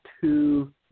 two